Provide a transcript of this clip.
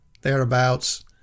thereabouts